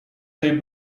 tej